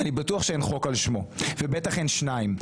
אני בטוח שאין חוק על שמו ובטח אין שני חוקים.